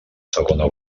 segona